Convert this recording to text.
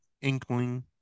inkling